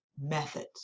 methods